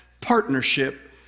partnership